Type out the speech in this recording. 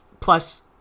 Plus